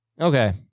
Okay